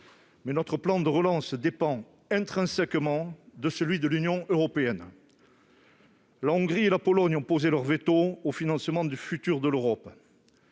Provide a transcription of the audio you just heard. Or notre plan de relance dépend intrinsèquement de celui de l'Union européenne. La Hongrie et la Pologne ont posé leur veto au financement de l'avenir de l'Europe.